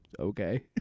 okay